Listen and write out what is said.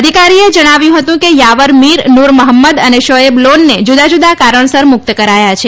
અધિકારીએ જણાવ્યું હતું કે યાવર મીર નૂર મહંમદ અને શોએબ લોનને જુદાં જુદાં કારણસર મુક્ત કરાયા છે